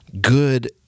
good